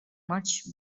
much